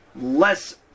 less